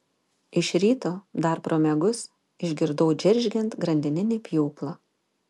iš ryto dar pro miegus išgirdau džeržgiant grandininį pjūklą